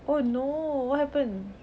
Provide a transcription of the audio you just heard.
oh no what happened